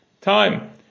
time